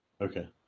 Okay